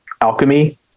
alchemy